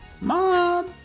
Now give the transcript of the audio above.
Mom